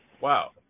Wow